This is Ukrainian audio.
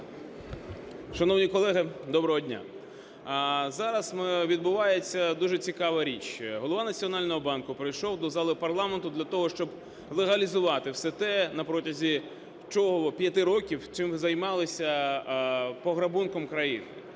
Шановні колеги, доброго дня! Зараз відбувається дуже цікава річ: Голова Національного банку прийшов до зали парламенту для того, щоб легалізувати все те, на протязі чого... 5 років чим займалися - пограбунком країни.